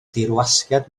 dirwasgiad